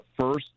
first